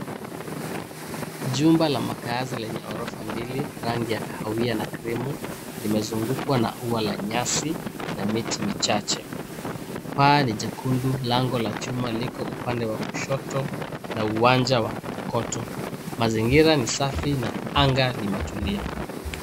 Jumba la makaazi lenye orofa mbili, rangi ya kahawia na krimu limezungukwa na ya la nyasi na miti michache. Paa ni jekundu. Lango la chuma liko upande wa kushoto na uwanja wa kokoto. Mazingira ni safi na anga limetulia.